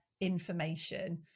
information